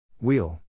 Wheel